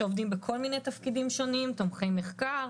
שעובדים בכל מיני תפקידים שונים: תומכי מחקר,